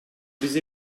bize